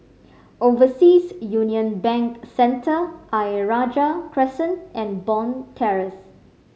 Overseas Union Bank Centre Ayer Rajah Crescent and Bond Terrace